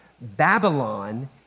Babylon